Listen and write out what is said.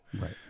Right